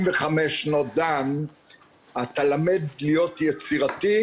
המשימה שלו כדי כן להצליח להביא את מקסימום